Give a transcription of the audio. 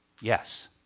Yes